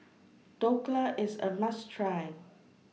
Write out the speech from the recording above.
Dhokla IS A must Try